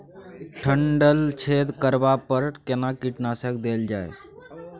डंठल मे छेद करबा पर केना कीटनासक देल जाय?